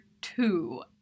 two